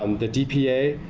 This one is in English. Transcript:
um the dpa